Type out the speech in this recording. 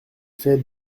fait